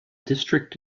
district